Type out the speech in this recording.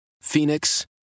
Phoenix